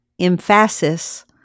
emphasis